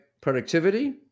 productivity